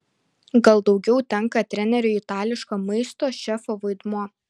gal daugiau tenka treneriui itališko maisto šefo vaidmuo